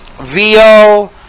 vo